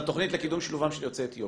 התכנית לקידום שילובם של יוצאי אתיופיה.